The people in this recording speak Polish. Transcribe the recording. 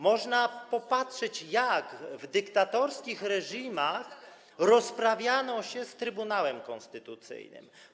Można popatrzeć, jak w dyktatorskich reżimach rozprawiano się z Trybunałem Konstytucyjnym.